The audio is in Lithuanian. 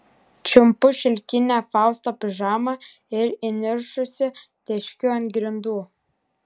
čiumpu šilkinę fausto pižamą ir įniršusi teškiu ant grindų